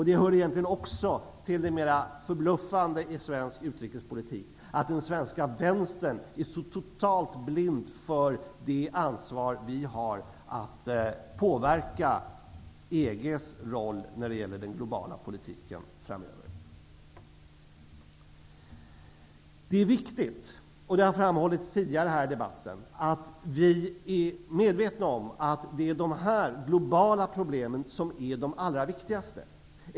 Det hör också till det mera förbluffande i svensk utrikespolitik att den svenska vänstern är så totalt blind för det ansvar som vi har för att påverka EG:s roll i den globala politiken framöver. Det är väsentligt, och det har framhållits tidigare här i debatten, att vi är medvetna om att det är de här globala problemen som är det allra viktigaste.